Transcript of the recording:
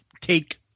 take